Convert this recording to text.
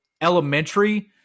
elementary